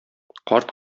карт